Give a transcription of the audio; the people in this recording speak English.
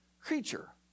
creature